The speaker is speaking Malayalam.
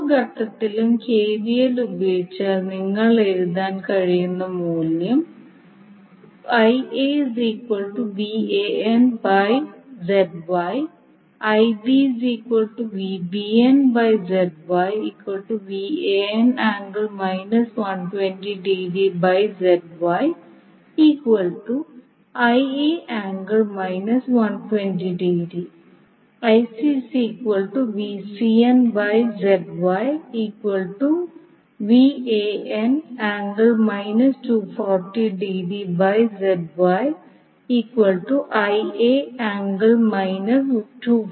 ഓരോ ഘട്ടത്തിലും കെവിഎൽ പ്രയോഗിച്ചാൽ നിങ്ങൾക്ക് എഴുതാൻ കഴിയുന്ന മൂല്യം ഇവിടെ Ia ആണ് ഫേസർ അളവ്